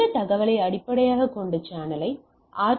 இந்த தகவலை அடிப்படையாகக் கொண்ட சேனலை ஆர்